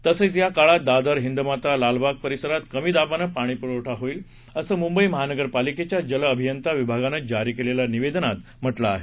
तसंच या काळात दादर हिंदमाता लालबाग परिसरांत कमी दाबानं पाणीपुरवठा होईल असं मुंबई महानगरपालिकेच्या जलअभियंता विभागानं जारी केलेल्या निवेदनात म्हटलं आहे